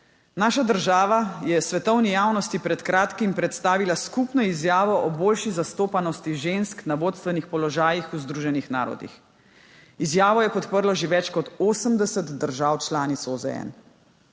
Naša država je svetovni javnosti pred kratkim predstavila skupno izjavo o boljši zastopanosti žensk na vodstvenih položajih v Združenih narodih. Izjavo je podprlo že več kot 80 držav članic OZN.